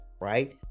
right